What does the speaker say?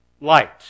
light